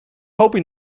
hoping